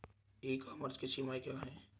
ई commerce की सीमाएं क्या हैं?